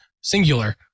singular